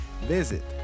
visit